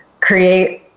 create